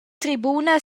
tribuna